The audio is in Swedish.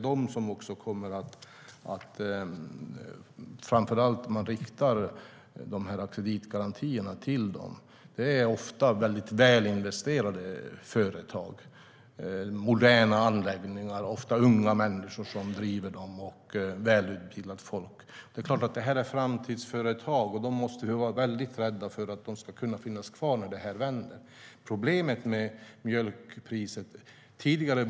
Det är också framför allt dem som kreditgarantierna riktas till. Det är ofta välinvesterade företag, med moderna anläggningar, och det är ofta unga människor som driver dem - välutbildat folk. Det är klart att det är framtidsföretag. Dem måste vi vara rädda om, för att de ska kunna finnas kvar när det vänder. Mjölkpriset var inte globalt tidigare.